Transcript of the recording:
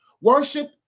Worship